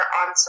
on